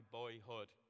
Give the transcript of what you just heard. boyhood